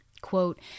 quote